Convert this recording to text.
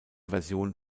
version